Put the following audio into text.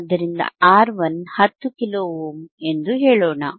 ಆದ್ದರಿಂದ R1 10 kilo ohm ಎಂದು ಹೇಳೋಣ